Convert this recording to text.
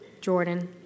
Jordan